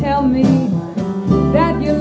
tell me that you